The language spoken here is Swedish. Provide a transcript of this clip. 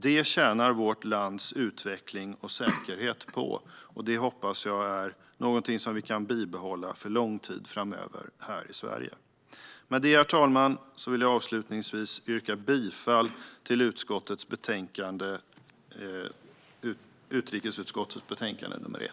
Det tjänar vårt lands utveckling och säkerhet på, och det hoppas jag är någonting som vi kan bibehålla under lång tid framöver här i Sverige. Med detta, herr talman, yrkar jag bifall till förslaget i utrikesutskottets betänkande nr 1.